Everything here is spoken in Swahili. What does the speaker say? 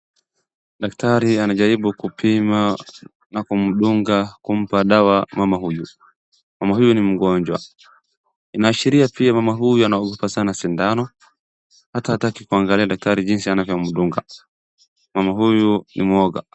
Daktari anajaribu kupima na kumdunga kumpa dawa mama huyu. Mama huyu ni mgonjwa inaashiria pia mama huyu anaogopa sana sindano hata hataki kuangalia daktari jinsi anavyomdungamama huyu ni muoga.